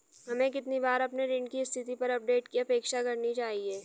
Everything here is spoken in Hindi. हमें कितनी बार अपने ऋण की स्थिति पर अपडेट की अपेक्षा करनी चाहिए?